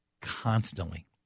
constantly